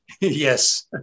Yes